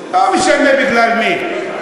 אבל פה גזענות זה "מיינסטרים".